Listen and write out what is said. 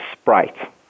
Sprite